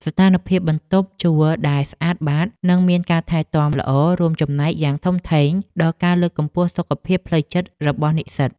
ស្ថានភាពបន្ទប់ជួលដែលស្អាតបាតនិងមានការថែទាំល្អរួមចំណែកយ៉ាងធំធេងដល់ការលើកកម្ពស់សុខភាពផ្លូវចិត្តរបស់និស្សិត។